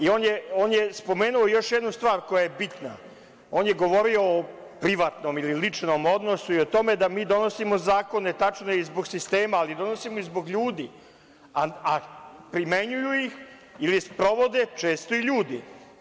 On je spomenuo još jednu stvar koja je bitna, on je govorio o privatnom ili ličnom odnosu i o tome da mi donosimo zakone, tačno je, i zbog sistema, ali donosimo i zbog ljudi, a primenjuju ih ili sprovode često i ljudi.